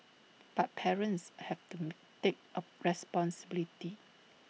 but parents have to take A responsibility